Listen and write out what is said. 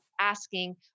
asking